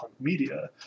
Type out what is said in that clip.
media